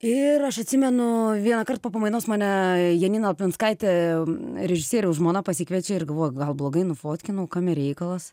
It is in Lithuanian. ir aš atsimenu vienąkart po pamainos mane janina lapinskaitė režisieriaus žmona pasikviečia ir galvoju gal blogai nufotkinau kame reikalas